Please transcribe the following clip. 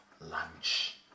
Lunch